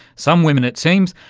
some women, it seems,